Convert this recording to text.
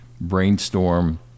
brainstorm